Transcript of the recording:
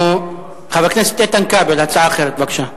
חבר הכנסת כבל, הצעה אחרת, בבקשה.